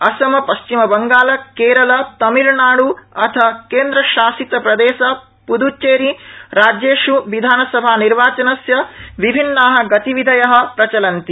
असम पश्चिमबंगाल केरल तमिलनाड़ अथ केन्द्रशासितप्रदेश पदच्चेरी राज्येष् विधानसभानिर्वाचनस्य विभिन्ना गतिविधय प्रचलन्ति